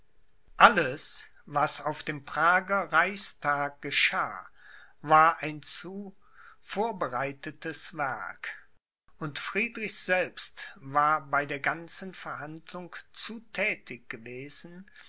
alles was auf dem prager reichstag geschah war ein zu vorbereitetes werk und friedrich selbst war bei der ganzen verhandlung zu thätig gewesen